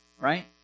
right